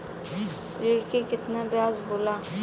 ऋण के कितना ब्याज होला?